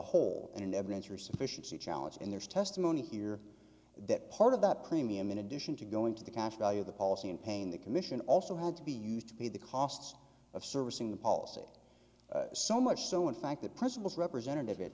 whole and evidence or sufficiency challenge and there's testimony here that part of that premium in addition to going to the cash value of the policy and paying the commission also had to be used to pay the costs of servicing the policy so much so in fact that principals representative at